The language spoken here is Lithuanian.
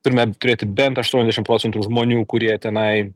turime turėti bent aštuoniasdešim procentų žmonių kurie tenai